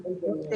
עם זאת,